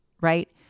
right